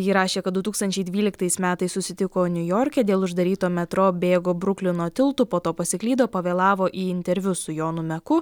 ji rašė kad du tūkstančiai dvyliktais metais susitiko niujorke dėl uždaryto metro bėgo bruklino tiltu po to pasiklydo pavėlavo į interviu su jonu meku